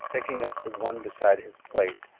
picking up the one beside his plate,